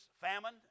famine